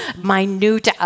minute